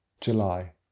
July